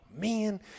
man